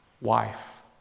wife